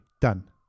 Done